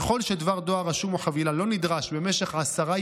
ככל שדבר דואר רשום או חבילה לא נדרש במשך עשרה